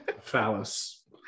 Phallus